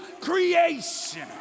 creation